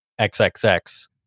XXX